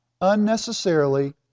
unnecessarily